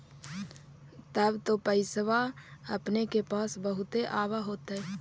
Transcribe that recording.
तब तो पैसबा अपने के पास बहुते आब होतय?